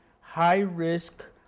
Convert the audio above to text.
high-risk